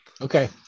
okay